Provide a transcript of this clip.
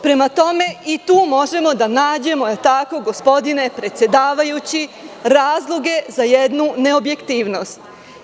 Prema tome, i tu možemo da nađemo, je li tako gospodine predsedavajući, razloge za jednu neobjektivnost.